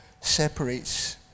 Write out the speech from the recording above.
separates